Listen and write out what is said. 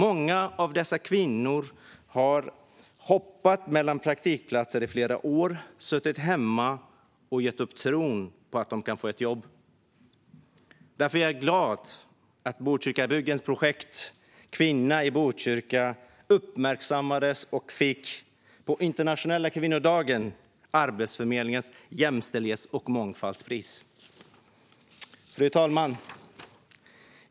Många av dessa kvinnor har hoppat mellan praktikplatser i flera år, suttit hemma och gett upp tron på att de kan få ett jobb. Därför är jag glad att Botkyrkabyggens projekt Qvinna i Botkyrka uppmärksammades på internationella kvinnodagen och fick Arbetsförmedlingens jämställdhets och mångfaldspris. Fru talman!